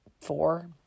four